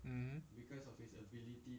mmhmm